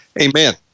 Amen